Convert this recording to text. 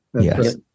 Yes